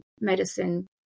medicine